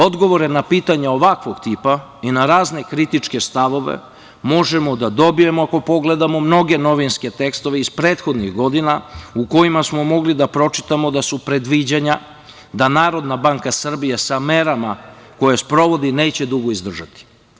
Odgovore na pitanja ovakvog tipa i na razne kritične stavove možemo da dobijemo ako pogledamo mnoge novinske tekstove iz prethodnih godina u kojima smo mogli da pročitamo da su predviđanja da Narodna banka Srbije sa merama koje sprovodi neće dugo izdržati.